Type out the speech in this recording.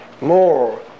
more